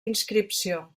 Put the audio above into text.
inscripció